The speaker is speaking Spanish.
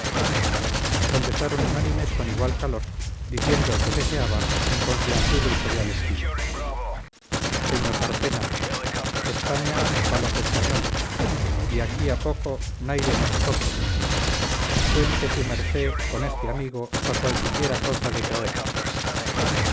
contestaron unánimes con igual calor diciendo el que ceceaba en confianzudo y jovial estilo zeñó carpena españa pa loj españole diaquí a poco naide noz toze cuente zumerzé con ezte amigo pa cualziquiera coza de poer